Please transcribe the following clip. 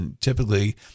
typically